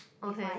okay